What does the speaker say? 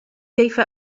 كيف